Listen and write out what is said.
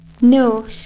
No